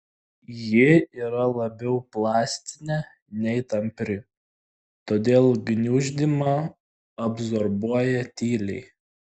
ji yra labiau plastinė nei tampri todėl gniuždymą absorbuoja tyliai